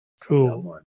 Cool